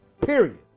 period